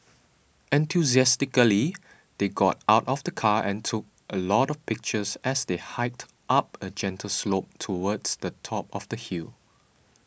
enthusiastically they got out of the car and took a lot of pictures as they hiked up a gentle slope towards the top of the hill